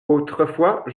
autrefois